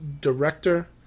director